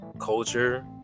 culture